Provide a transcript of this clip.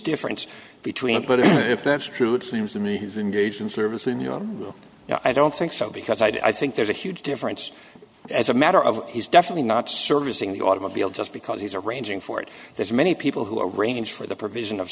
difference between what if that's true it seems to me he's engaged in service and you know i don't think so because i think there's a huge difference as a matter of he's definitely not servicing the automobile just because he's arranging for it there's many people who are arranged for the provision of